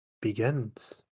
begins